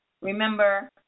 Remember